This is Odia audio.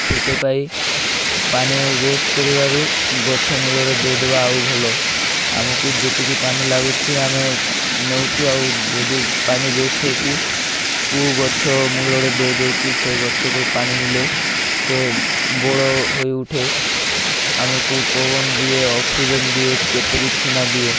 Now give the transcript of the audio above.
ସେଥିପାଇଁ ପାଣି ୱେଷ୍ଟ କରିବାରୁ ଗଛ ମୂଳରେ ଦେଇଦବା ଆଉ ଭଲ ଆମକୁ ଯେତିକି ପାଣି ଲାଗୁଛି ଆମେ ନେଉଛୁ ଆଉ ଯଦି ପାଣି ୱେଷ୍ଟ ହେଉଛି କେଉଁ ଗଛ ମୂଳରେ ଦେଇଦଉଛି ସେ ଗଛକୁ ପାଣି ମିଳେ ସେ ବଡ଼ ହୋଇ ଉଠେ ଆମକୁ ପବନ ଦିଏ ଅକ୍ସିଜେନ୍ ଦିଏ କେତେକ କିଛିନା ଦିଏ